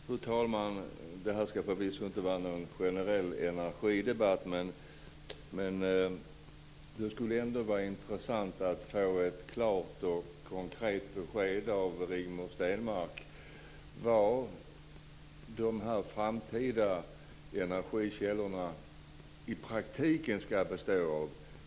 Fru talman! Det här ska förvisso inte vara någon generell energidebatt, men det skulle ändå vara intressant att få ett klart och konkret besked av Rigmor Stenmark när det gäller vad de här framtida energikällorna i praktiken ska bestå av.